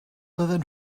doedden